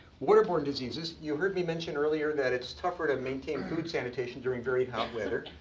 waterborne diseases. you heard me mention earlier that it's tougher to maintain food sanitation during very hot weather.